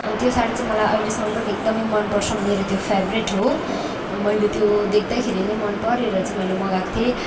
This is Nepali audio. अनि त्यो सारी चाहिँ मलाई अहिलेसम्म पनि मलाई एकदमै मन पर्छ मेरो त्यो फेभरेट हो मैले त्यो देख्दैखेरि नै मन परेर चाहिँ मैले मगएको थिएँ